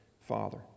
Father